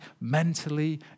mentally